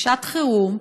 בשעת חירום,